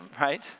right